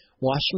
Washington